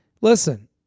listen